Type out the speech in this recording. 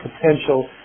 potential